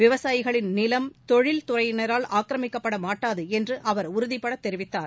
விவசாயிகளின் நிலம் தொழில் துறையினரால் ஆக்கிரமிக்கப்பட மாட்டாது என்று அவர் உறுதிபட தெரிவித்தார்